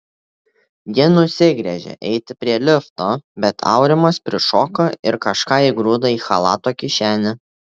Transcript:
ji nusigręžė eiti prie lifto bet aurimas prišoko ir kažką įgrūdo į chalato kišenę